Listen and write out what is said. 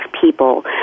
people